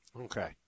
Okay